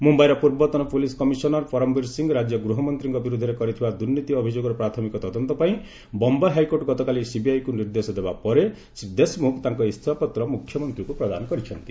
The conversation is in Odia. ମୁମ୍ୟାଇର ପୂର୍ବତନ ପୁଲିସ କମିଶନର ପରମବୀର ସିଂହ ରାଜ୍ୟ ଗୃହମନ୍ତ୍ରୀଙ୍କ ବିରୁଦ୍ଧରେ କରିଥିବା ଦୁର୍ନୀତି ଅଭିଯୋଗର ପ୍ରାଥମିକ ତଦନ୍ତ ପାଇଁ ବମ୍ବେ ହାଇକୋର୍ଟ ଗତକାଲି ସିବିଆଇକୁ ନିର୍ଦ୍ଦେଶ ଦେବା ପରେ ଶ୍ରୀ ଦେଶମୁଖ ତାଙ୍କ ଇସଫାପତ୍ର ମୁଖ୍ୟମନ୍ତ୍ରୀଙ୍କୁ ପ୍ରଦାନ କରିଛନ୍ତି